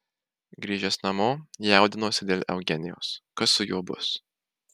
grįžęs namo jaudinosi dėl eugenijaus kas su juo bus